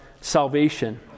salvation